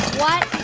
what